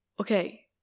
okay